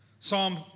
Psalm